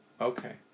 Okay